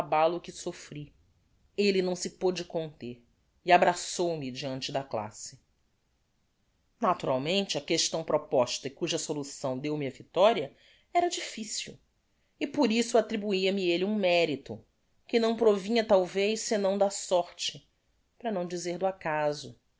abalo que soffri elle não se poude conter e abraçou-me deante da classe naturalmente a questão proposta e cuja solução deu-me a victoria era difficil e por isso attribuia me elle um merito que não provinha talvez sinão da sorte para não dizer do acaso